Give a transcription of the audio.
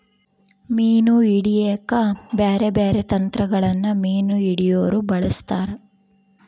ಮೀನು ಹಿಡೆಕ ಬ್ಯಾರೆ ಬ್ಯಾರೆ ತಂತ್ರಗಳನ್ನ ಮೀನು ಹಿಡೊರು ಬಳಸ್ತಾರ